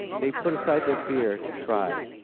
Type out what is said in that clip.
they put aside their fear to try.